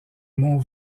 mont